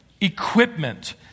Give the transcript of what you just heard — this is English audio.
equipment